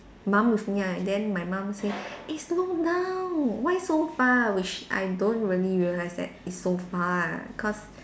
mum with me right then my mum say eh slow down why so far which I don't really realise that it's so far cause